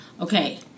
Okay